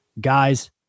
Guys